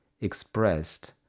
expressed